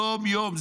יום-יום.